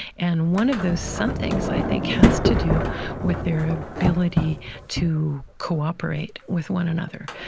and one of those somethings, i think, has to do with their ability to cooperate with one another,